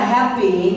happy